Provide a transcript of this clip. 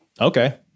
Okay